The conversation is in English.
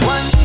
One